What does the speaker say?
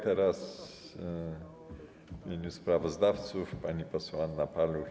Teraz w imieniu sprawozdawców pani poseł Anna Paluch.